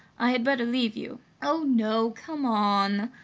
i had better leave you. oh, no come on!